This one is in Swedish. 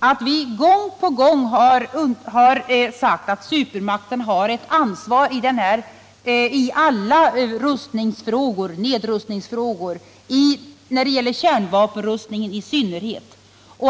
vad vi gång på gång har framhållit, nämligen att supermakten självfallet har ett ansvar i alla nedrustningsfrågor och i synnerhet när det gäller kärnvapenfrågor.